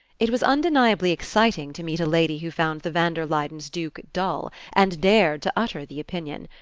it was undeniably exciting to meet a lady who found the van der luydens' duke dull, and dared to utter the opinion.